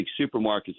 supermarkets